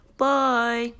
Bye